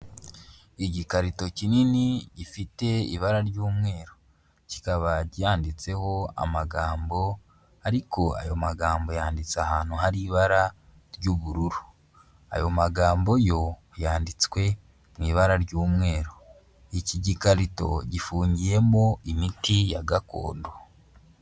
Igikarito kinini ifite ibara ry'umweru, kikaba cyanditseho amagambo ariko ayo magambo yanditse ahantu hari ibara ry'ubururu, ayo magambo yo yanditswe mu ibara ry'umweru, iki gikarito gifungiyemo imiti ya gakondo.